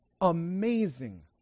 Amazing